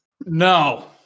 No